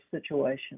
situation